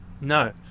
no